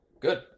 Good